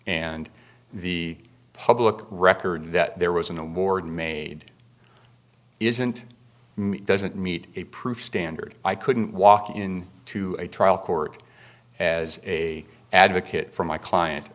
and the public record that there was an award made isn't doesn't meet a proof standard i couldn't walk in to a trial court as a advocate for my client